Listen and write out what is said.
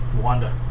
Wanda